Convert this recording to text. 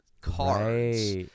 cards